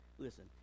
Listen